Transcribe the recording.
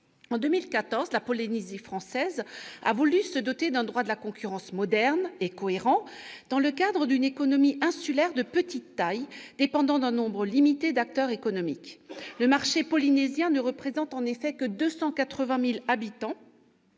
En 2014, la Polynésie française a voulu se doter d'un droit de la concurrence moderne et cohérent, dans le cadre d'une économie insulaire de petite taille, dépendant d'un nombre limité d'acteurs économiques. Le marché polynésien ne représente en effet que 280 000 habitants,